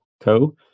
Co